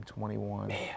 21